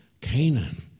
Canaan